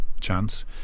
chance